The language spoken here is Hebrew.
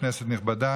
כנסת נכבדה,